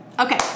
Okay